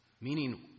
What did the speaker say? meaning